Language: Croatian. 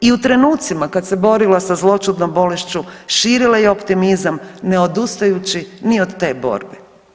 I u trenucima kad se borila sa zloćudnom bolešću širila je optimizam ne odustajući ni od te borbe.